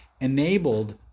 enabled